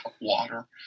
water